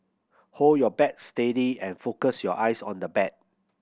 hold your bat steady and focus your eyes on the bat